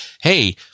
hey